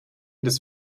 des